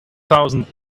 thousand